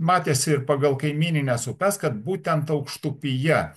matėsi ir pagal kaimynines upes kad būtent aukštupyje